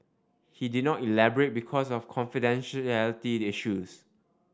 he did not elaborate because of confidentiality issues